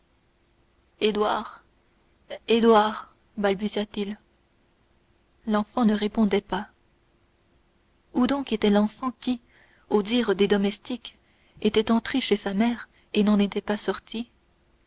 édouard édouard balbutia-t-il l'enfant ne répondait pas où donc était l'enfant qui au dire des domestiques était entré chez sa mère et n'en était pas sorti